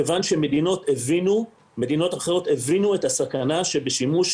כיוון שמדינות אחרות הבינו את הסכנה שבשימוש